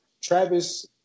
Travis